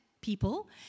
people